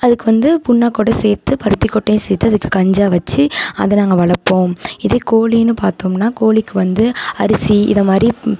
அதுக்கு வந்து புண்ணாக்கோடு சேர்த்து பருத்தி கொட்டையும் சேர்த்து அதுக்கு கஞ்சாக வச்சு அதை நாங்கள் வளர்ப்போம் இதே கோழின்னு பார்த்தோம்னா கோழிக்கு வந்து அரிசி இது மாதிரி